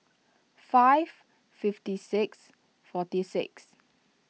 five fifty six forty six